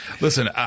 Listen